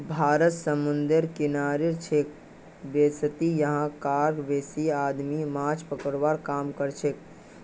भारत समूंदरेर किनारित छेक वैदसती यहां कार बेसी आबादी माछ पकड़वार काम करछेक